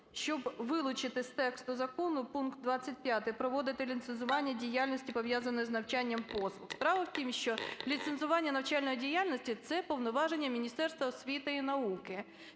щоб вилучити з тексту закону пункт 25 "проводити ліцензування діяльності, пов'язаної з наданням послуг". Справа в тім, що ліцензування навчальної діяльності – це повноваження Міністерства освіти і науки.